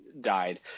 Died